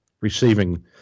receiving